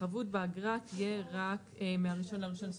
החבות באגרה תהיה רק מה-1/1/22,